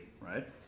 right